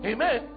Amen